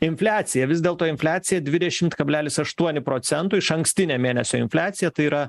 infliacija vis dėl to infliacija dvidešimt kablelis aštuoni procento išankstinė mėnesio infliacija tai yra